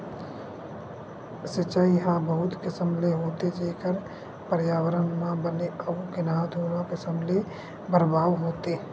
सिचई ह बहुत किसम ले होथे जेखर परयाबरन म बने अउ गिनहा दुनो किसम ले परभाव होथे